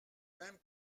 même